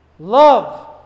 Love